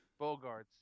Bogarts